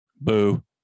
Boo